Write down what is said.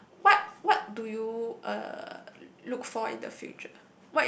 what what do you uh look for in the future